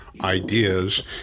ideas